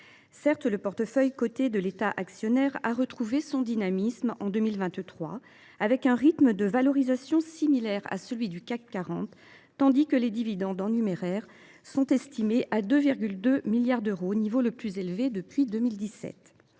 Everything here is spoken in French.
Certes, le portefeuille coté de l’État actionnaire a retrouvé son dynamisme en 2023, avec un rythme de valorisation similaire à celui du CAC 40, tandis que les dividendes en numéraire sont estimés à 2,2 milliards d’euros, niveau le plus élevé depuis 2017.